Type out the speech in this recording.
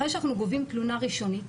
אחרי שאנחנו גובים תלונה ראשונית,